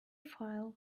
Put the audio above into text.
file